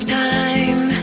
time